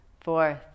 fourth